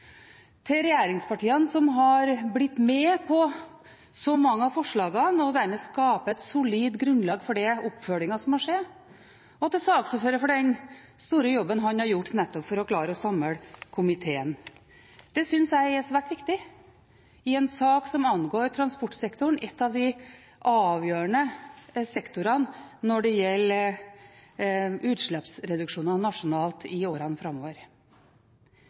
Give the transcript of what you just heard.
til regjeringspartiene som har blitt med på så mange av forslagene og dermed skaper et solid grunnlag for den oppfølgingen som må skje, og til saksordføreren for den store jobben han har gjort nettopp for å klare å samle komiteen. Det synes jeg er svært viktig i en sak som angår transportsektoren – en av de avgjørende sektorene når det gjelder utslippsreduksjoner nasjonalt i årene framover.